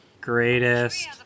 greatest